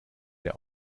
der